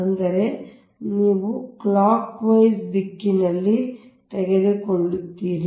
ಅಂದರೆ ಇಲ್ಲಿ ನೀವು ಕ್ಲಾಕ್ ವೈಸ್ ದಿಕ್ಕಿನಲ್ಲಿ ತೆಗೆದುಕೊಳ್ಳುತ್ತೀರಿ